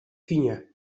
kinie